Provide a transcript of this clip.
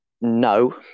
no